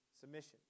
submission